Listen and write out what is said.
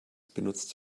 benutzt